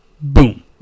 Boom